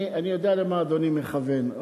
אני יודע למה אדוני מכוון,